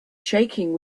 shaking